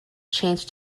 changed